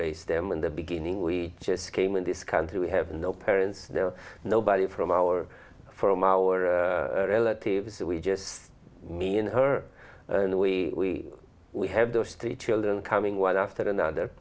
raise them in the beginning we just came in this country we have no parents no nobody from our from our relatives that we just mean her and we we have those three children coming one after another